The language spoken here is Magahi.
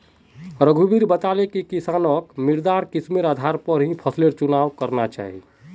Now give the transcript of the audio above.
रघुवीर बताले कि किसानक मृदा किस्मेर आधार पर ही फसलेर चुनाव करना चाहिए